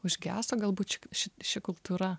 užgeso galbūt ši ši ši kultūra